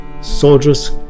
soldiers